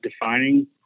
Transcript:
defining